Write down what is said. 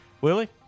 Willie